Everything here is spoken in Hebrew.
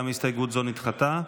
גם הסתייגות זו נדחתה.